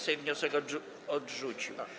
Sejm wniosek odrzucił.